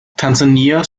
tansania